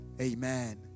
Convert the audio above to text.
amen